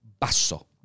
Basso